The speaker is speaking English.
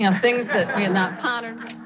and things that we have not pondered